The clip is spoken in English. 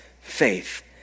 faith